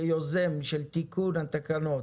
כיוזם של תיקון התקנות,